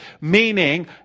Meaning